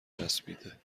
چسبیده